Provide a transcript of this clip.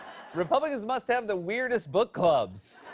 republicans must have the weirdest book clubs.